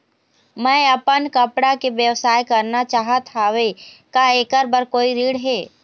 मैं अपन कपड़ा के व्यवसाय करना चाहत हावे का ऐकर बर कोई ऋण हे?